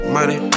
Money